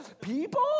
People